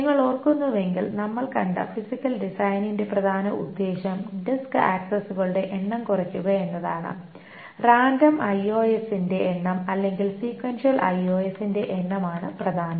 നിങ്ങൾ ഓർക്കുന്നുവെങ്കിൽ നമ്മൾ കണ്ട ഫിസിക്കൽ ഡിസൈനിന്റെ പ്രധാന ഉദ്ദേശം ഡിസ്ക് ആക്സസുകളുടെ എണ്ണം കുറയ്ക്കുക എന്നതാണ് റാൻഡം ഐഒഎസിന്റെ എണ്ണം അല്ലെങ്കിൽ സീക്വൻഷ്യൽ ഐഒഎസിന്റെ എണ്ണം ആണ് പ്രധാനം